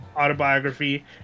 autobiography